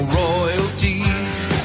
royalties